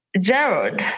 Gerald